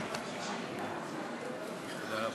נא לשבת,